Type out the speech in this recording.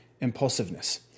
impulsiveness